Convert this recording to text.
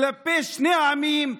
כלפי שני העמים,